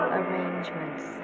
arrangements